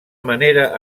manera